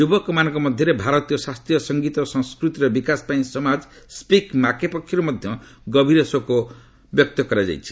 ଯୁବକମାନଙ୍କ ମଧ୍ୟରେ ଭାରତୀୟ ଶାସ୍ତ୍ରୀୟ ସଙ୍ଗୀତ ଓ ସଂସ୍କୃତିର ବିକାଶ ପାଇଁ ସମାଜ 'ୱିକ୍ ମାକେ' ପକ୍ଷରୁ ମଧ୍ୟ ଗଭୀର ଶୋକ ବ୍ୟକ୍ତ କରାଯାଇଛି